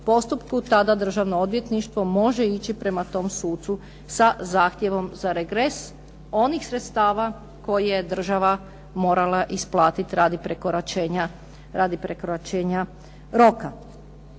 postupku tada Državno odvjetništvo može ići prema tom sucu sa zahtjevom za regres onih sredstava koje je država morala isplatiti radi prekoračenja roka.